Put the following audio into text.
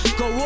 go